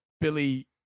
Billy